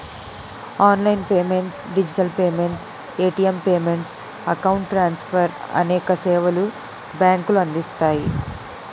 online payments digital payments, ATM payments, account transfer అనేక సేవలు బ్యాంకులు అందిస్తాయి